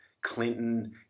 Clinton